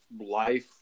life